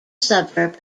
suburb